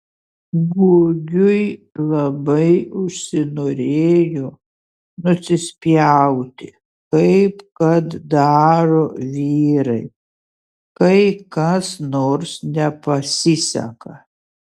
gugiui labai užsinorėjo nusispjauti kaip kad daro vyrai kai kas nors nepasiseka